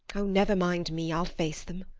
oh! never mind me. i'll face them.